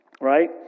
Right